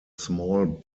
small